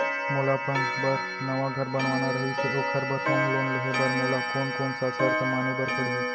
मोला अपन बर नवा घर बनवाना रहिस ओखर बर होम लोन लेहे बर मोला कोन कोन सा शर्त माने बर पड़ही?